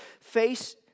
face